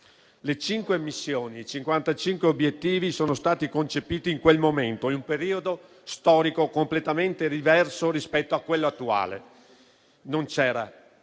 Le cinque missioni e i 55 obiettivi sono stati concepiti in quel momento, in un periodo storico completamente diverso rispetto a quello attuale. Non c'erano